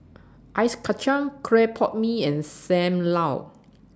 Ice Kacang Clay Pot Mee and SAM Lau